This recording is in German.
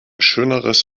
schöneres